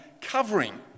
covering